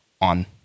on